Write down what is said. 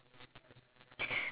oh my gosh